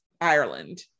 Ireland